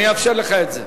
אני אאפשר לך את זה.